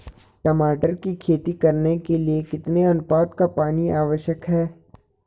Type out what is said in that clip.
टमाटर की खेती करने के लिए कितने अनुपात का पानी आवश्यक है?